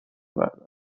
برداره